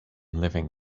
living